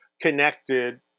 connected